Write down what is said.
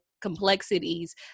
complexities